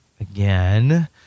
again